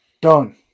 Done